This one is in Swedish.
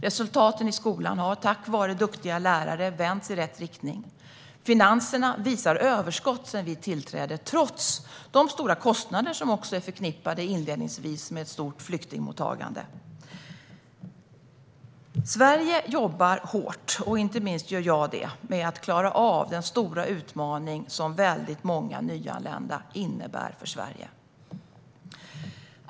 Resultaten i skolan har tack vare duktiga lärare vänts i rätt riktning. Finanserna visar överskott sedan vi tillträdde trots de stora kostnader som inledningsvis är förknippade med ett stort flyktingmottagande. Sverige jobbar hårt, och inte minst gör jag det, med att klara av den stora utmaning som många nyanlända innebär för Sverige.